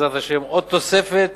עוד תוספת,